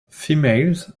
females